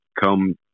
come